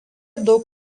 daug